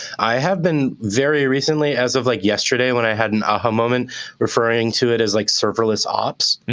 i have been, very recently as of like yesterday, when i had an aha moment referring to it as like serverless ops.